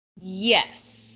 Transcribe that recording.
Yes